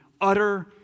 utter